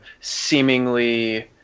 seemingly